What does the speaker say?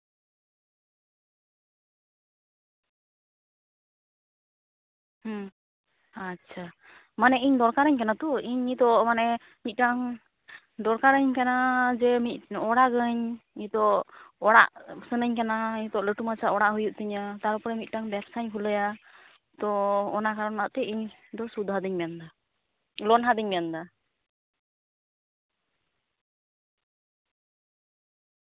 ᱟᱪᱪᱷᱟ ᱢᱟᱱᱮ ᱤᱧ ᱫᱚᱨᱠᱟᱨᱤᱧ ᱠᱟᱱᱟ ᱛᱚ ᱤᱧ ᱱᱤᱛᱳᱜ ᱢᱟᱱᱮ ᱢᱤᱫᱴᱟᱝ ᱫᱚᱨᱠᱟᱨᱟᱹᱧ ᱠᱟᱱᱟ ᱡᱮ ᱢᱤᱫ ᱚᱲᱟᱜᱟᱹᱧ ᱱᱤᱛᱳᱜ ᱚᱲᱟᱜ ᱥᱟᱱᱟᱧ ᱠᱟᱱᱟ ᱱᱤᱛᱳᱜ ᱞᱟᱹᱴᱩ ᱢᱟᱪᱷᱟ ᱚᱲᱟᱜ ᱦᱩᱭᱩᱜ ᱛᱤᱧᱟᱹ ᱛᱟᱨᱯᱚᱨᱮ ᱢᱤᱫᱴᱟᱝ ᱵᱮᱵᱥᱟᱧ ᱠᱷᱩᱞᱟᱹᱭᱟ ᱛᱚ ᱚᱱᱟ ᱠᱟᱨᱚᱱᱟᱜ ᱛᱮ ᱤᱧ ᱫᱚ ᱥᱩᱫ ᱦᱟᱛᱤᱧ ᱢᱮᱱᱫᱟ ᱞᱳᱱ ᱦᱟᱛᱤᱧ ᱢᱮᱱᱫᱟ